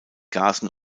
gasen